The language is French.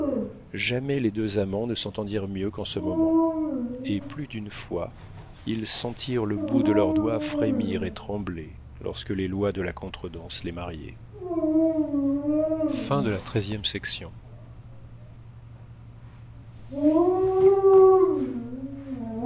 jamais les deux amants ne s'entendirent mieux qu'en ce moment et plus d'une fois ils sentirent le bout de leurs doigts frémir et trembler lorsque les lois de la contredanse les mariaient